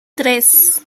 tres